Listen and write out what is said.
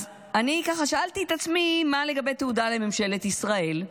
אז אני שאלתי את עצמי מה לגבי תעודה לממשלת ישראל?